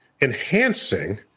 enhancing